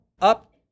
up